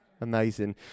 Amazing